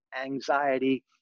anxiety